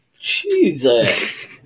jesus